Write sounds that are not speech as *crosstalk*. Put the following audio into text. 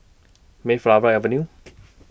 Mayflower Avenue *noise*